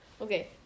Okay